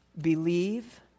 Believe